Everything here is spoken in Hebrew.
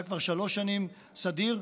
וזה היה כבר שלוש שנים סדיר,